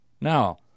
now